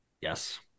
Yes